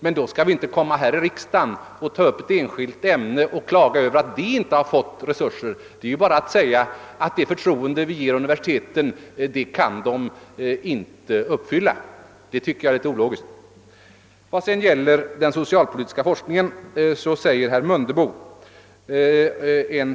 Då bör man inte här i riksdagen ta upp ett enskilt ämne och klaga över att det inte har fått tillräckliga resurser. Det innebär att man säger att universiteten inte motsvarar det förtroende vi givit dem, och det verkar litet ologiskt. Herr Mundebo säger en hel del om socialpolitisk forskning.